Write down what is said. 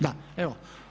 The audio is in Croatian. Da, evo.